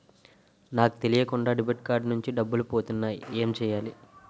నాకు తెలియకుండా debit card నుంచి డబ్బులు పోతున్నాయి ఎం చెయ్యాలి?